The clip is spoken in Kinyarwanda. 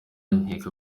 nkeka